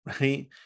right